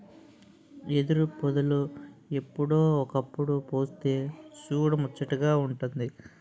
ఎదురుపొదలు ఎప్పుడో ఒకప్పుడు పుస్తె సూడముచ్చటగా వుంటాది